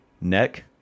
neck